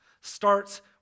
starts